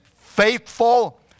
Faithful